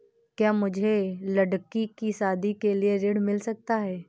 क्या मुझे लडकी की शादी के लिए ऋण मिल सकता है?